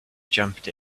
jumped